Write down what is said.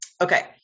okay